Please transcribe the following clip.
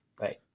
right